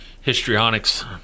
histrionics